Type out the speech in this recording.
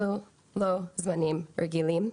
אלו לא זנים רגילים.